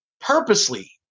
purposely